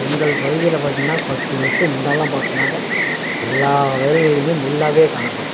எங்கள் பகுதியில் பார்த்தீங்கன்னா பத்து வருடத்துக்கு முன்னாடிலாம் பார்த்தனாக்க எல்லா வயல்வெளியும் நெல்லாவே காணப்படும்